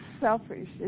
selfish